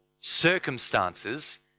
circumstances